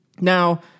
Now